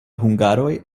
hungaroj